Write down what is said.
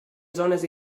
zones